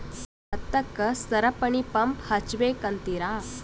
ಭತ್ತಕ್ಕ ಸರಪಣಿ ಪಂಪ್ ಹಚ್ಚಬೇಕ್ ಅಂತಿರಾ?